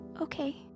Okay